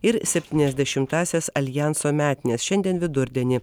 ir septyniasdešimtąsias aljanso metines šiandien vidurdienį